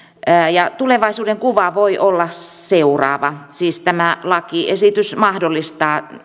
ja tulevaisuuden kuva voi olla seuraava siis tämä lakiesitys mahdollistaa